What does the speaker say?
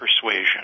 persuasion